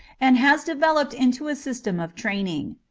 and has developed into a system of training,